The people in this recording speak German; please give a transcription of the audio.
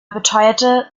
beteuerte